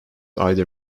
either